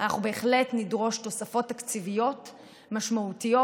אנחנו בהחלט נדרוש תוספות תקציביות משמעותיות,